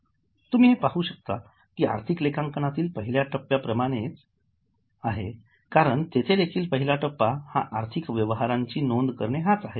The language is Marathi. तुम्ही हे पाहू शकता की हे आर्थिक लेखांकन यातील पहिल्या टप्प्या प्रमाणेच आहे कारण तेथे देखील पहिला टप्पा हाआर्थिक व्यवहाराची नोंद करणे हाच आहे